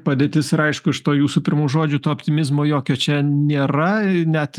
padėtis ir aišku iš to jūsų pirmų žodžių to optimizmo jokio čia nėra net